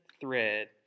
thread